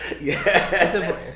Yes